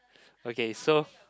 okay so